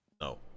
No